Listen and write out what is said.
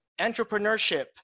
Entrepreneurship